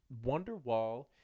Wonderwall